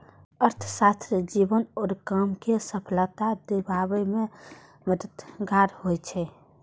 अर्थशास्त्र जीवन आ काम कें सफलता दियाबे मे मददगार होइ छै